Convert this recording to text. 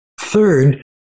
Third